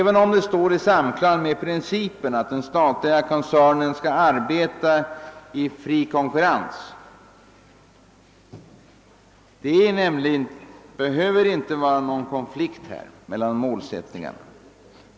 Detta står i samklang med principen att den statliga koncernen skall arbeta i fri konkurrens. Det behöver nämligen inte vara någon konflikt mellan dessa målsättningar.